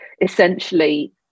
essentially